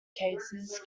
cases